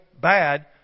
bad